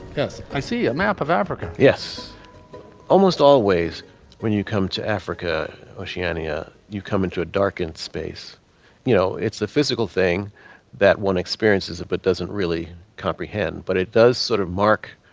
yes i see a map of africa. yes almost always when you come to africa oceania you come into a darkened space you know it's the physical thing that one experiences but doesn't doesn't really comprehend. but it does sort of mark